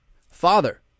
Father